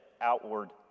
outward